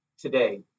today